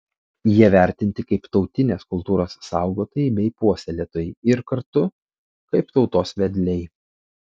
jie vertinti kaip tautinės kultūros saugotojai bei puoselėtojai ir kartu kaip tautos vedliai